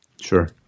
Sure